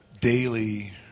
daily